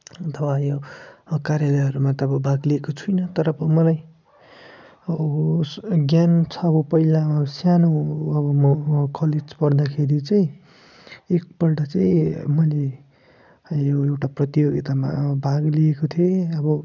अन्त यो कार्यलयहरूमा त अब भाग लिएको छुइनँ तर अब मलाई अबो ज्ञान छ अब पहिला सानो अब म कलेज पढ्दाखेरि चाहिँ एकपल्ट चाहिँ मैले एउटा प्रतियोगितामा भाग लिएको थिएँ अब